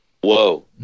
Whoa